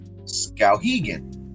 scowhegan